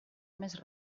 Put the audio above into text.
més